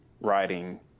writing